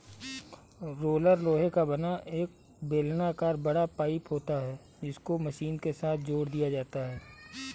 roller लोहे का बना एक बेलनाकर बड़ा पाइप होता है जिसको मशीन के साथ जोड़ दिया जाता है